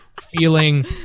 feeling